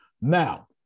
Now